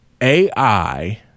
AI